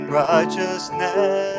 righteousness